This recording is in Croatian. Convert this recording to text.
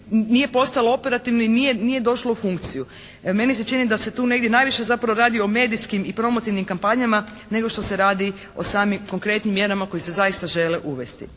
nije postalo operativno i nije došlo u funkciju. Meni se čini da se tu negdje najviše zapravo radi o medijskim i promotivnim kampanjama nego što se radi o samim konkretnim mjerama koje se zaista žele uvesti.